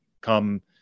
come